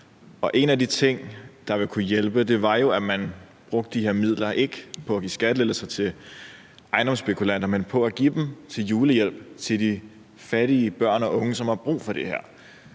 en af de ting, der ville kunne hjælpe, var jo, at man ikke brugte de her midler på at give skattelettelser til ejendomsspekulanter, men at man brugte dem til julehjælp til de fattige børn og unge, som har brug for det her.